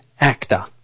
Actor